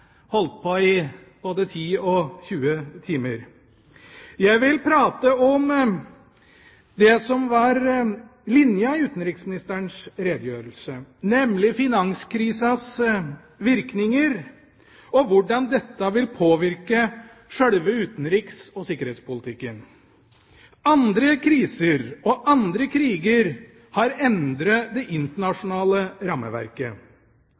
holdt på i både 10 og 20 timer. Jeg vil prate om det som var linja i utenriksministerens redegjørelse, nemlig finanskrisas virkninger og hvordan dette vil påvirke sjølve utenriks- og sikkerhetspolitikken. Andre kriser og andre kriger har endret det internasjonale rammeverket.